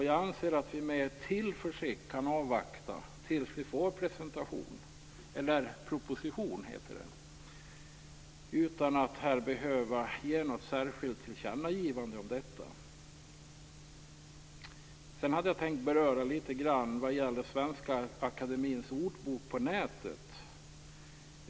Jag anser att vi med tillförsikt kan avvakta tills vi får en proposition utan att här behöva ge något särskilt tillkännagivande om detta. Sedan hade jag tänkt beröra Svenska Akademiens ordlista på nätet.